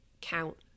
count